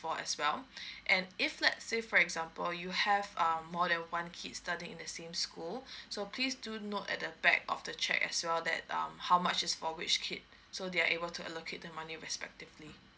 for as well and if let's say for example you have um more than one kids studying in the same school so please do note at the back of the cheque as well that um how much is for which kid so they are able allocate the money respectively